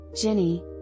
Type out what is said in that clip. Ginny